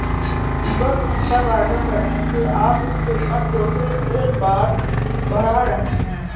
بس ان پر واضح کریں کہ آپ اس خدمت کو صرف ایک بار بڑھا رہے ہیں